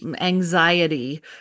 anxiety